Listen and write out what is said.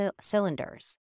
cylinders